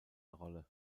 rolle